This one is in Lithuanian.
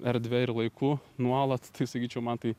erdve ir laiku nuolat tai sakyčiau man tai